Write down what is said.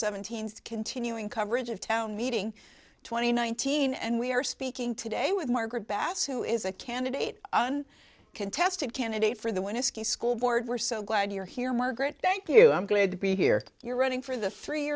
seventeen's continuing coverage of town meeting twenty nineteen and we are speaking today with margaret bass who is a candidate on contested candidate for the want to ski school board we're so glad you're here margaret thank you i'm glad to be here you're running for the three